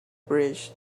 bridge